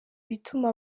bituma